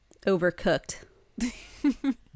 overcooked